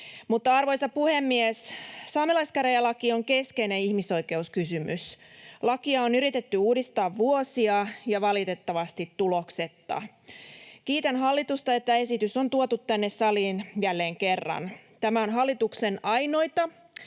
Arvoisa puhemies! Saamelaiskäräjälaki on keskeinen ihmisoikeuskysymys. Lakia on yritetty uudistaa vuosia ja valitettavasti tuloksetta. Kiitän hallitusta, että esitys on tuotu tänne saliin jälleen kerran. Tämä on hallituksen ainoita